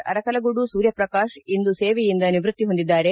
ಅರಕಲಗೂಡು ಸೂರ್ಯಪ್ರಕಾಶ್ ಇಂದು ಸೇವೆಯಿಂದ ನಿವೃತ್ತಿ ಹೊಂದಿದ್ದಾರೆ